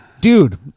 Dude